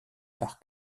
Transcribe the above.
par